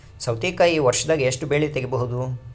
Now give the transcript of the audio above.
ಸೌತಿಕಾಯಿ ವರ್ಷದಾಗ್ ಎಷ್ಟ್ ಬೆಳೆ ತೆಗೆಯಬಹುದು?